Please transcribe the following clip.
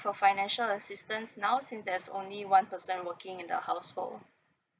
for financial assistance now since there's only one person working in the household